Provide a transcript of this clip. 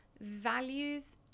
values